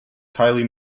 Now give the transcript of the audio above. kylie